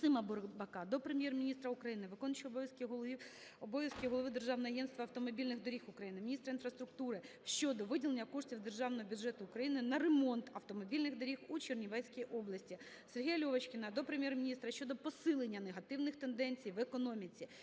Максима Бурбака до Прем'єр-міністра України, виконуючого обов'язки голови Державного агентства автомобільних доріг України, міністра інфраструктури щодо виділення коштів з Державного бюджету України на ремонт автомобільних доріг у Чернівецькій області. Сергія Льовочкіна до Прем'єр-міністра щодо посилення негативних тенденцій в економіці.